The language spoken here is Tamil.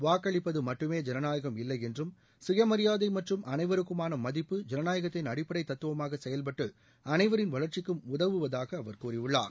வாக்களிப்பது மட்டுமே ஜனநாயகம் இல்லை என்றும் சுயமரியாதை மற்றும் அனைவருக்குமான மதிப்பு ஜனநாயகத்தின் அடிப்படைத் தத்துவமாக செயல்பட்டு அனைவரின் வளர்ச்சிக்கும் உதவுவதாக அவர் கூறியுள்ளார்